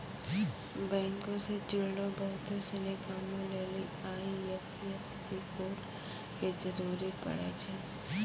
बैंको से जुड़लो बहुते सिनी कामो लेली आई.एफ.एस.सी कोड के जरूरी पड़ै छै